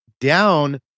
down